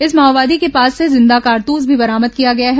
इस माओवादी के पास से जिंदा कारतूस भी बरामद किया गया है